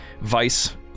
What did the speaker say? Vice